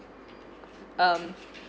um